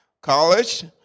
college